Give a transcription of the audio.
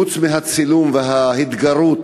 חוץ מהצילום וההתגרות